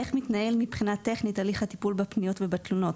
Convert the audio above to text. איך מתנהל מבחינה טכנית הליך הטיפול בפניות ובתלונות,